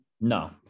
no